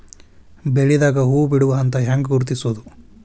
ಬೆಳಿದಾಗ ಹೂ ಬಿಡುವ ಹಂತ ಹ್ಯಾಂಗ್ ಗುರುತಿಸೋದು?